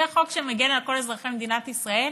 זה חוק שמגן על כל אזרחי מדינת ישראל?